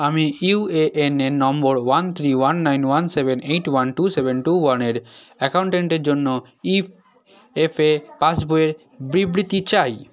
আমি UAN number one three one nine one seven eight one two seven two one এর অ্যাকাউন্টেটের জন্য ইফএফএ পাসবইয়ে বিবৃতি চাই